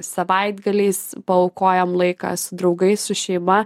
savaitgaliais paaukojam laiką su draugais su šeima